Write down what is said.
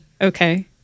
okay